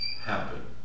happen